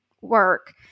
work